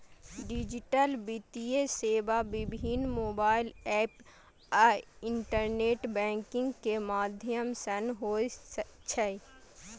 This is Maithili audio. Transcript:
डिजिटल वित्तीय सेवा विभिन्न मोबाइल एप आ इंटरनेट बैंकिंग के माध्यम सं होइ छै